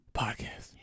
podcast